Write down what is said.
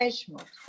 אלף חמש מאות.